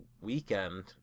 weekend